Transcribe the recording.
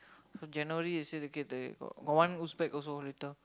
January they say they got one Uzbek also later